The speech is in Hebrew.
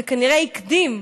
וזה כנראה הקדים,